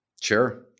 Sure